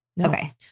Okay